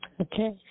Okay